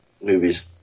movies